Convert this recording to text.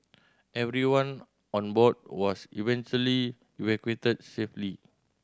everyone on board was eventually evacuated safely